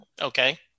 Okay